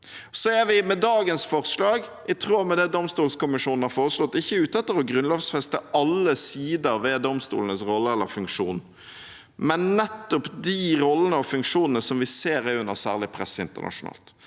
til. Med dagens forslag er vi – i tråd med det domstolkommisjonen har foreslått – ikke ute etter å grunnlovfeste alle sider ved domstolenes rolle eller funksjon, men nettopp de rollene og funksjonene som vi ser er under særlig press internasjonalt.